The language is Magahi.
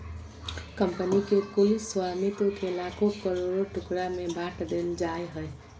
कंपनी के कुल स्वामित्व के लाखों करोड़ों टुकड़ा में बाँट देल जाय हइ